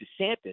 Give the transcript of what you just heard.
DeSantis